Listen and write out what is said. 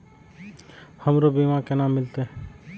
हमरो बीमा केना मिलते?